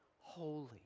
holy